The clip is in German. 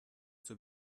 zur